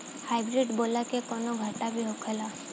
Hybrid बोला के कौनो घाटा भी होखेला?